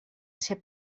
ser